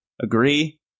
Agree